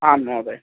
आम् महोदय